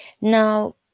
Now